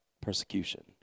persecution